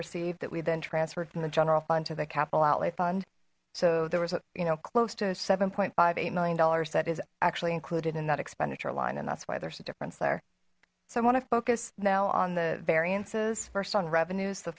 received that we then transferred from the general fund to the capital outlay fund so there was a you know close to seven point five eight million dollars that is actually included in that expenditure line and that's why there's a difference there so i want to focus now on the variances first on revenues the